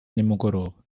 nimugoroba